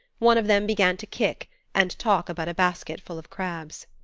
one of them began to kick and talk about a basket full of crabs.